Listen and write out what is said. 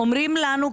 אומרים לנו,